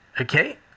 Okay